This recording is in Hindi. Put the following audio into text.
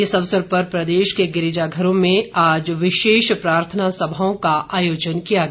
इस अवसर प्रदेश के गिरिजाघरों में आज विशेष प्रार्थना सभाओं का आयोजन किया गया